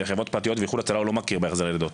וחברות פרטיות ואיחוד הצלה לא מכיר בהחזרי לידות.